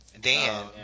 Dan